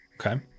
Okay